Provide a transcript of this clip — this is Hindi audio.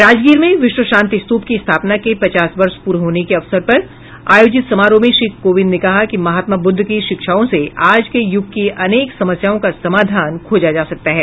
राजगीर में विश्व शान्ति स्त्रप की स्थापना के पचास वर्ष पूरे होने के अवसर पर आयोजित समारोह में श्री कोविंद ने कहा कि महात्मा बुद्ध की शिक्षाओं से आज के यूग की अनेक समस्याओं का समाधान खोजा जा सकता है